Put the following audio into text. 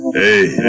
hey